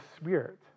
spirit